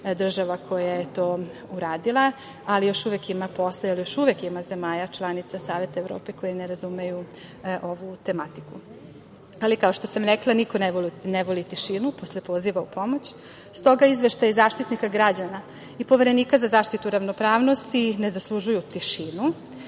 država koja je to uradila, ali još uvek ima posla, jel još uvek zemalja članica Saveta Evrope koje ne razumeju ovu tematiku. Ali, kao što sam rekla niko ne voli tišinu posle poziva u pomoć. S stoga, izveštaj Zaštitnika građana i Poverenika za zaštitu ravnopravnosti ne zaslužuju tišinu,